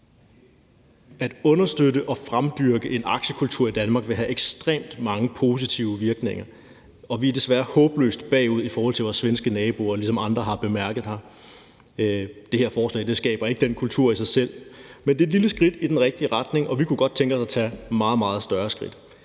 At understøtte og fremdyrke en aktiekultur i Danmark vil have ekstremt mange positive virkninger, og vi er desværre håbløst bagud i forhold til vores svenske naboer, ligesom andre har bemærket her. Det her forslag skaber ikke den kultur i sig selv, men det er et lille skridt i den rigtige retning, og vi kunne godt tænke os at tage meget, meget større skridt.